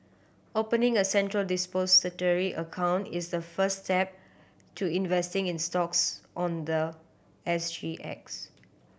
opening a Central Depository account is the first step to investing in stocks on the S G X